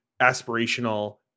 aspirational